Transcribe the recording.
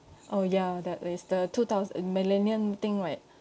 oh ya that is the two thousand millennium thing right